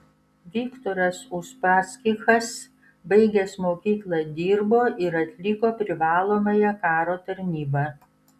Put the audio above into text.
viktoras uspaskichas baigęs mokyklą dirbo ir atliko privalomąją karo tarnybą